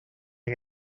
que